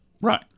Right